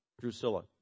drusilla